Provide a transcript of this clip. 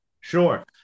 Sure